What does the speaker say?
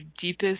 deepest